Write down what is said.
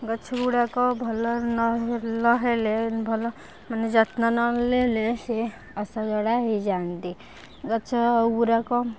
ଗଛ ଗୁଡ଼ାକ ଭଲ ନହେଲେ ନହେଲେ ଭଲ ମାନେ ଯତ୍ନ ନ ନେଲେ ସିଏ ଅସଜଡ଼ା ହେଇ ଯାଆନ୍ତି ଗଛ ଗୁରାକ